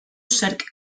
zerk